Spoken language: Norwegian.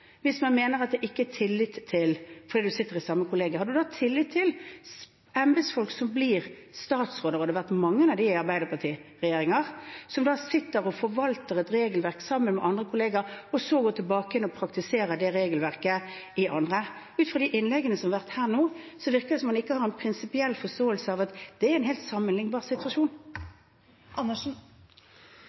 hvis man mener at det ikke er tillit fordi man sitter i samme kollegium? Har man da tillit til embetsfolk som blir statsråder – og det har vært mange av dem i Arbeiderparti-regjeringer – som sitter og forvalter et regelverk sammen med andre kollegaer, og så går tilbake igjen og praktiserer det regelverket hos andre? Ut fra de innleggene som har vært her nå, virker det som om man ikke har en prinsipiell forståelse av at det er en helt sammenlignbar situasjon.